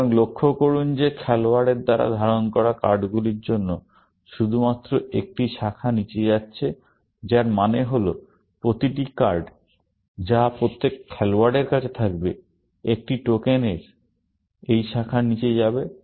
সুতরাং লক্ষ্য করুন যে খেলোয়াড়দের দ্বারা ধারণ করা কার্ডগুলির জন্য শুধুমাত্র একটি শাখা নিচে যাচ্ছে যার মানে হল যে প্রতিটি কার্ড যা প্রত্যেক খেলোয়াড়ের কাছে থাকবে একটি টোকেন এই শাখার নিচে যাবে